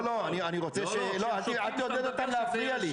לא, לא, אל תעודד אותם להפריע לי.